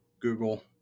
Google